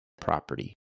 property